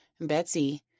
betsy